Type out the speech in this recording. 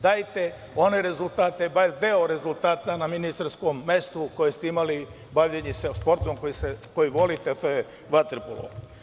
Dajte one rezultate, bar deo rezultata na ministarskom mestu koje ste imali baveći se sportom koji volite, a to je vaterpolo.